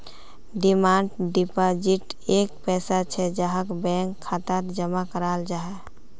demand deposit एक पैसा छे जहाक बैंक खातात जमा कराल जाहा